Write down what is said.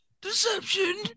deception